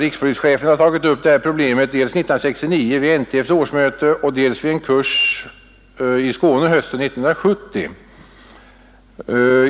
Rikspolischefen har tagit upp det här problemet dels 1969 vid NTF:s årsmöte och dels vid en kurs hösten 1970.